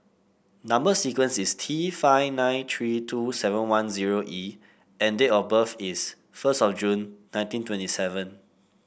number sequence is T five nine three two seven one zero E and date of birth is first of June nineteen twenty seven